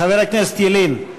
חבר הכנסת ילין, חבר הכנסת ילין,